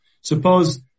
Suppose